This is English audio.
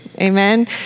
Amen